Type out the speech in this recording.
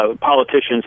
politicians